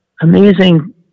amazing